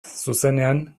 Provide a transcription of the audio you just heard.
zuzenean